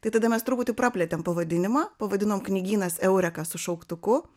tai tada mes truputį praplėtėm pavadinimą pavadinom knygynas eureka su šauktuku